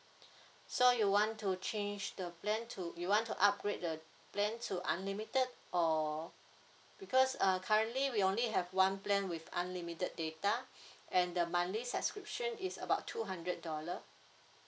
so you want to change the plan to you want to upgrade the plan to unlimited or because uh currently we only have one plan with unlimited data and the monthly subscription is about two hundred dollar